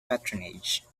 patronage